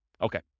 Okay